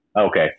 Okay